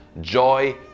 joy